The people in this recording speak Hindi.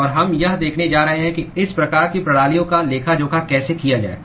और हम यह देखने जा रहे हैं कि इस प्रकार की प्रणालियों का लेखा जोखा कैसे किया जाए